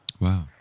Wow